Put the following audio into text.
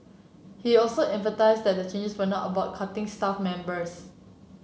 he also emphasised that the changes were not about cutting staff members